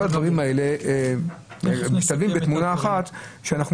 כל הדברים האלה משתלבים בתמונה אחת כאשר מצד אחד